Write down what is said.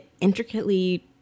intricately